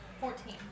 Fourteen